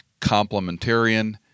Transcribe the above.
complementarian